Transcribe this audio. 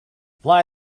fly